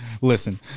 Listen